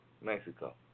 Mexico